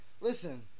Listen